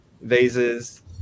vases